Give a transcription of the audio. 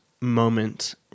moment